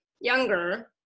younger